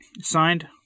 Signed